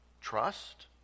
Trust